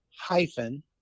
hyphen